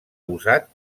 usat